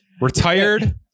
Retired